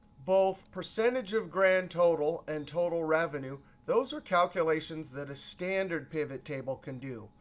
both percentage of grand total and total revenue, those are calculations that a standard pivot table can do.